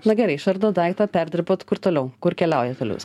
na gerai išardot daiktą perdirbat kur toliau kur keliauja toliau jis